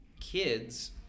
kids